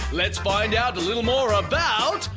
let's find out a little more about,